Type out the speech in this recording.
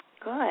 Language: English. Good